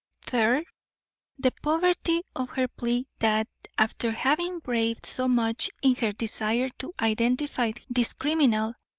third the poverty of her plea that, after having braved so much in her desire to identify this criminal,